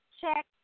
check